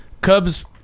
Cubs